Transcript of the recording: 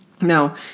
Now